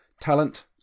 Talent